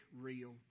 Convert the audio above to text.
real